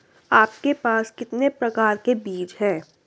आपके पास कितने प्रकार के बीज हैं?